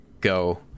go